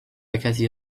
کسی